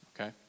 Okay